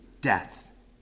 death